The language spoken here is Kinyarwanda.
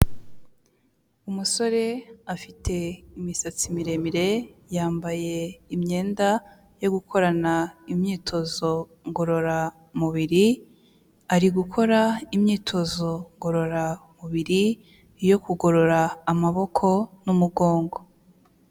Umusore afite imisatsi miremire, yambaye imyenda yo gukorana imyitozo ngororamubiri, ari gukora imyitozo ngororamubiri yo kugorora amaboko n'umugongo.